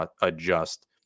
adjust